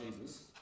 Jesus